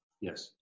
yes